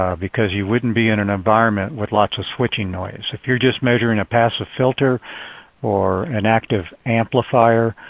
ah because you wouldn't be in an environment with lots of switching noise. if you're just measuring a passive filter or an active amplifier